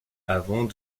avant